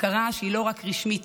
הכרה שהיא לא רק רשמית.